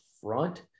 front